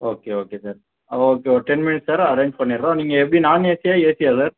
okay okay sir okay ஒரு ten minutes sir arrange பண்ணிடுறோம் நீங்கள் எப்படி நாண் ஏசியா ஏசியா சார்